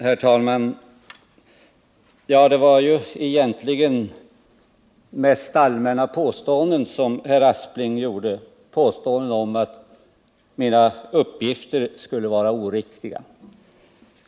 Herr talman! Det var egentligen mest allmänna påståenden som herr Aspling gjorde, påståenden om att mina uppgifter skulle vara oriktiga.